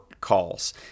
calls